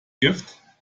gift